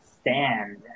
stand